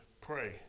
pray